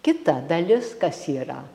kita dalis kas yra